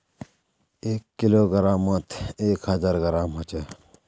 एक किलोग्रमोत एक हजार ग्राम होचे